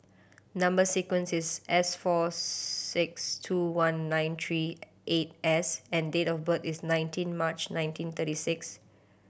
number sequence is S four six two one nine three eight S and date of birth is nineteen March nineteen thirty six